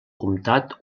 comtat